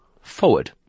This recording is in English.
forward